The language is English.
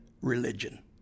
religion